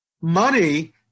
money